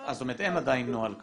--- זאת אומרת שאין עדיין נוהל כזה.